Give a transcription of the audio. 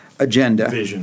agenda